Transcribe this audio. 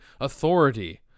authority